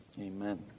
amen